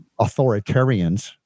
authoritarians